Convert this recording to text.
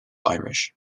irish